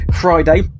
Friday